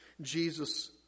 Jesus